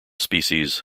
species